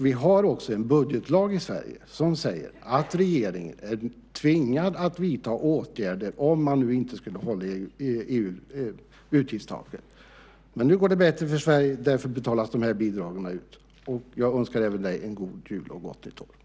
Vi har också en budgetlag i Sverige som säger att regeringen är tvingad att vidta åtgärder om man inte skulle hålla utgiftstaket. Nu går det bättre för Sverige. Därför betalas de här bidragen ut. Jag önskar även dig en god jul och ett gott nytt år.